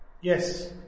yes